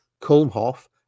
Kulmhof